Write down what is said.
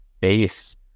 base